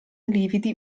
lividi